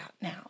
now